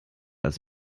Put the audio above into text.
als